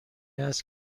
است